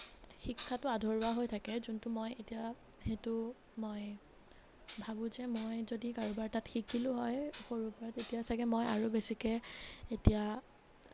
শিক্ষাটো আধৰুৱা হৈ থাকে যোনটো মই এতিয়া সেইটো মই ভাবোঁ যে মই যদি কাৰোবাৰ তাত শিকিলোঁ হয় সৰুৰ পৰা তেতিয়া ছাগে মই আৰু বেছিকৈ এতিয়া